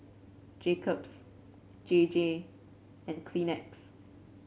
Jacob's J J and Kleenex